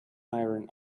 iron